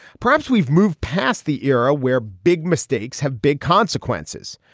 perhaps we've moved past the era where big mistakes have big consequences.